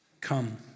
Come